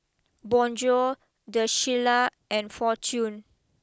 Bonjour the Shilla and Fortune